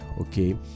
okay